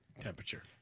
temperature